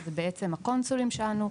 שזה בעצם הקונסולים שלנו,